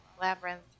Labyrinth